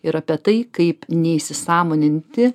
ir apie tai kaip neįsisąmoninti